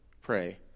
pray